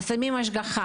אז שמים השגחה.